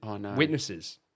witnesses